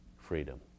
freedom